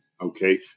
okay